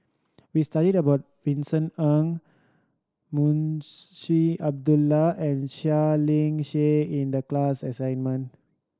we studied about Vincent Ng Moon Abdullah and Seah Liang Seah in the class assignment